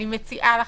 אני מציעה לכם,